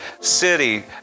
city